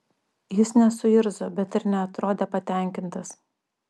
jis nesuirzo bet ir neatrodė patenkintas